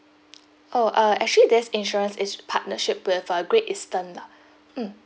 oh uh actually this insurance is partnership with uh great eastern lah mm